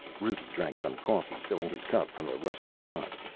rudi drank some coffee, filling his cup from a rusty pot.